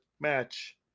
match